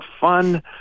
fun